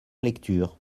lecture